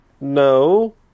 No